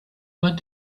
what